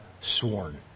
sworn